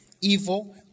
evil